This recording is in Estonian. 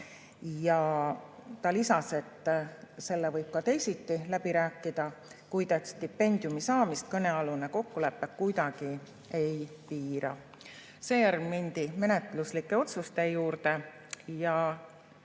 Ja ta lisas, et selle võib ka teisiti läbi rääkida, kuid stipendiumi saamist kõnealune kokkulepe kuidagi ei piira. Seejärel mindi menetluslike otsuste juurde